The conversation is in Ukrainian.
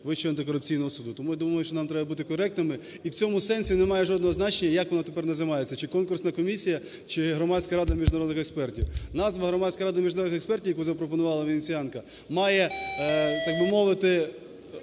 Вищого антикорупційного суду. Тому я думаю, що нам треба бути коректними. І в цьому сенсі немає жодного значення, як вона тепер називається: чи конкурсна комісія, чи Громадська рада міжнародних експертів. Назва Громадська рада міжнародних експертів, яку запропонувала "Венеціанка", має, так би мовити,